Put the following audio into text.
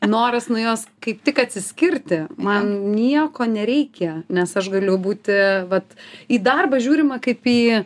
noras nuo jos kaip tik atsiskirti man nieko nereikia nes aš galiu būti vat į darbą žiūrima kaip į